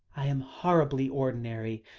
i am horribly ordinary.